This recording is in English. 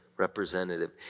Representative